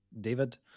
david